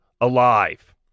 alive